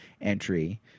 entry